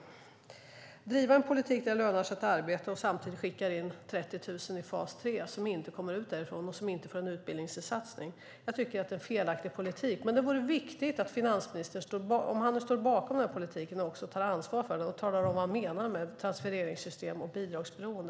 Man säger sig driva en politik där det lönar sig att arbeta men skickar samtidigt in 30 000 i fas 3 som inte kommer ut därifrån och som inte får en utbildningssatsning. Jag tycker att det är en felaktig politik. Om finansministern nu står bakom den politiken är det viktigt att han också tar ansvar för den och talar om vad han menar med transfereringssystem och bidragsberoende.